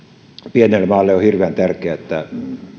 pienelle maalle on hirveän tärkeää että me